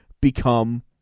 Become